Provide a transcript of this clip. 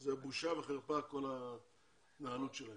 זו בושה וחרפה כל ההתנהלות שלהם.